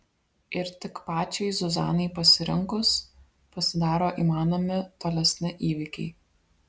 ir tik pačiai zuzanai pasirinkus pasidaro įmanomi tolesni įvykiai